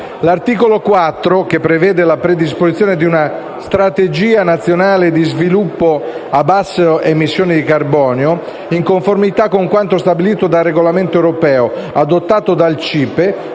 L'articolo 4 prevede la predisposizione di una Strategia nazionale di sviluppo a basse emissioni di carbonio, in conformità con quanto stabilito dal regolamento europeo, adottato dal CIPE,